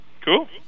Cool